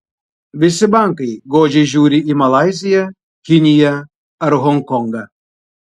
visi bankai godžiai žiūri į malaiziją kiniją ar honkongą